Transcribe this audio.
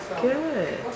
good